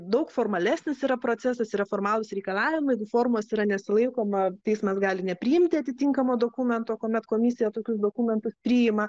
daug formalesnis yra procesas yra formalūs reikalavimai jeigu formos yra nesilaikoma teismas gali nepriimti atitinkamo dokumento kuomet komisija tokius dokumentus priima